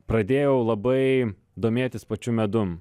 pradėjau labai domėtis pačiu medum